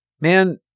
man